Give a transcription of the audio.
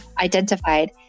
identified